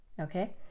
Okay